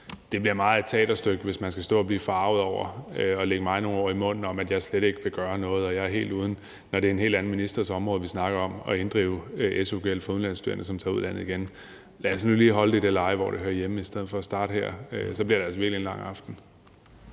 det bliver noget af et teaterstykke, hvis man skal stå og blive forarget og lægge mig nogle ord i munden om, at jeg slet ikke vil gøre noget, når det er en helt anden ministers område, vi snakker om, når det handler om at inddrive su-gæld fra udenlandske studerende, som tager ud af landet igen. Lad os nu holde det på det leje, hvor det hører hjemme, i stedet for at starte sådan her, for ellers bliver det altså virkelig en lang aften.